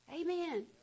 Amen